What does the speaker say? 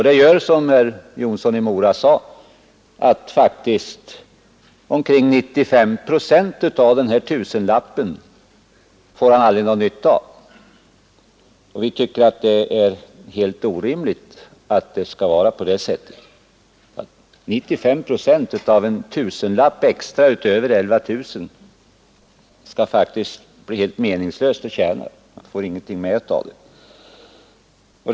Det gör, som herr Jonsson i Mora sade, att han faktiskt aldrig får någon nytta av omkring 95 procent av tusenlappen. Vi tycker att det är helt orimligt att 95 procent av en tusenlapp som man tjänar utöver 11 000 kronor faller bort, så att det faktiskt blir helt meningslöst att tjäna den tusenlappen.